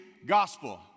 gospel